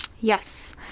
Yes